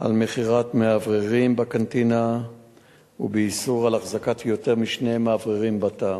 על מכירת מאווררים בקנטינה ובאיסור החזקת יותר משני מאווררים בתא.